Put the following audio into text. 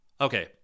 Okay